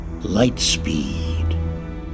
Lightspeed